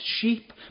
sheep